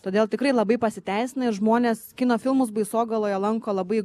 todėl tikrai labai pasiteisina ir žmonės kino filmus baisogaloje lanko labai